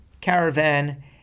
caravan